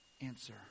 answer